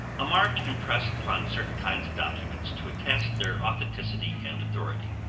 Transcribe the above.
a mark impressed upon certain kinds of documents to attest their authenticity and authority.